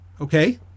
Okay